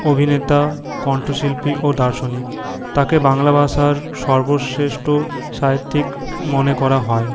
অভিনেতা কন্ঠশিল্পী ও দার্শনিক তাঁকে বাংলা ভাষার সর্বশ্রেষ্ঠ সাহিত্যিক মনে করা হয়